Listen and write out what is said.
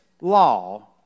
law